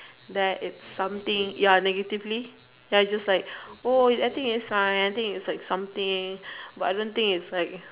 there is something ya negatively then I just like oh I think it's like something but I don't think is like